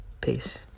Peace